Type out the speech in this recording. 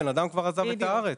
הבן אדם עזב את הארץ.